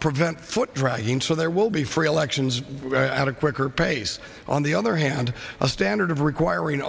prevent foot dragging so there will be free elections at a quicker pace on the other hand a standard of requiring